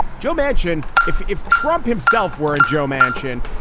joe manchin, if if trump himself were in joe manchin,